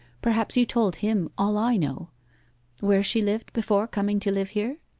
perhaps you told him all i know where she lived before coming to live here